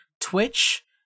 twitch